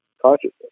consciousness